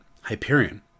Hyperion